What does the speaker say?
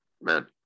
man